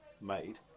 made